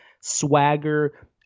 swagger